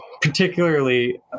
Particularly